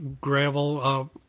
gravel